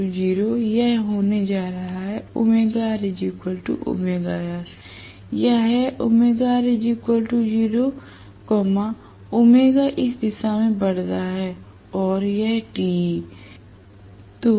यह है यह होने जा रहा है यह है इस दिशा में बढ़ रहा है और यह Te